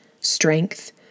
strength